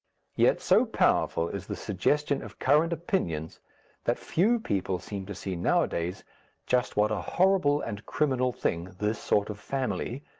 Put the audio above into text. yet so powerful is the suggestion of current opinions that few people seem to see nowadays just what a horrible and criminal thing this sort of family,